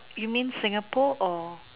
you mean Singapore or